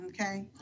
Okay